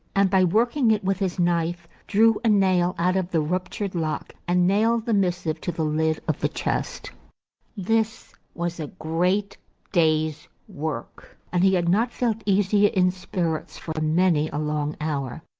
and, by working it with his knife, drew a nail out of the ruptured lock, and nailed the missive to the lid of the chest this was a great day's work, and he had not felt easier in spirits for many a long hour.